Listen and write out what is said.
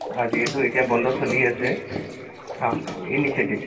যিহেতু এতিয়া বন্ধ চলি আছে অ ইনিচিয়েটিভ